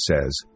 says